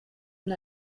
und